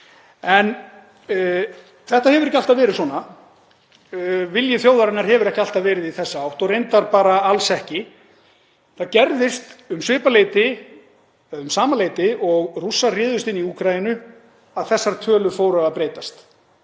Þetta hefur ekki alltaf verið svona. Vilji þjóðarinnar hefur ekki alltaf verið í þessa átt og reyndar bara alls ekki. Það gerðist um sama leyti og Rússar réðust inn í Úkraínu að þessar tölur fóru að breytast.